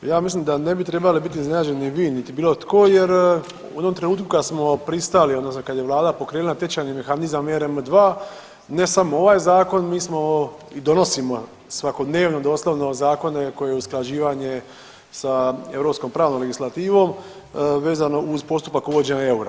Ja mislim da ne bi trebali biti iznenađeni vi niti bilo tko jer u onom trenutku kad smo pristali odnosno kad je vlada pokrenula tečajni mehanizam ERM II ne samo ovaj zakon, mi smo i donosimo svakodnevno doslovno zakone koje je usklađivanje sa europskom pravnom legislativom vezano uz postupak uvođenja eura.